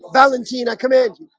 valentina come in